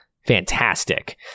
fantastic